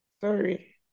Sorry